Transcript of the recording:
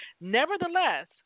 Nevertheless